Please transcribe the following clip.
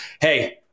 Hey